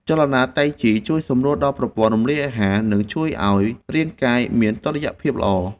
ចលនាតៃជីជួយសម្រួលដល់ប្រព័ន្ធរំលាយអាហារ និងជួយឱ្យរាងកាយមានតុល្យភាពល្អ។